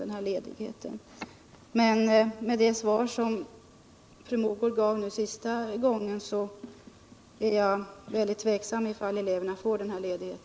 Men med tanke på det svar som fru Mogård gav i sin senaste replik förefaller det mycket osäkert om eleverna får denna ledighet.